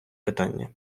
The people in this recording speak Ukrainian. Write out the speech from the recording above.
питання